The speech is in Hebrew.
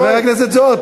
חבר הכנסת זוהר,